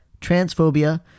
transphobia